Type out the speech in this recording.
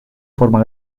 forma